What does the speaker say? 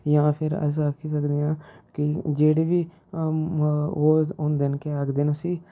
जां फेर अस आक्खी सकने आं कि जेह्ड़े बी ओह् होंदे न केह् आखदे न उसी